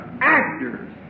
Actors